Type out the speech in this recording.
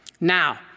now